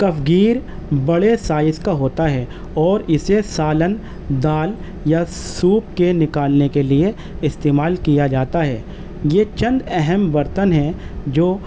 کف گیر بڑے سائز کا ہوتا ہے اور اسے سالن دال یا سوپ کے نکالنے کے لیے استعمال کیا جاتا ہے یہ چند اہم برتن ہیں جو